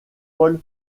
paul